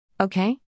Okay